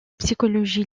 psychologie